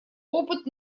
опыт